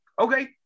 Okay